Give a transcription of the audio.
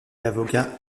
avocat